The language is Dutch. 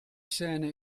scene